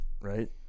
right